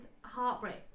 heartbreak